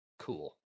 cool